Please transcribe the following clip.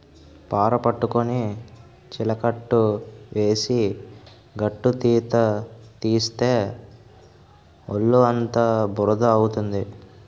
పార పట్టుకొని చిలకట్టు వేసి గట్టుతీత తీస్తే ఒళ్ళుఅంతా బురద అవుతుంది